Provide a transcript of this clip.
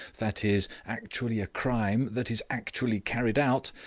that is, actually a crime that is actually carried out,